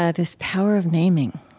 ah this power of naming.